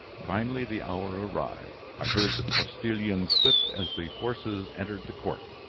finally, the hour arrived i heard the postilion's whip as the horses entered the court.